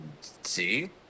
see